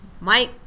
Mike